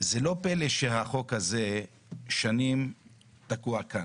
זה לא פלא שהחוק הזה שנים תקוע כאן,